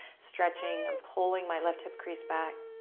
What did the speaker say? stretching. i'm pulling my left hip crease back.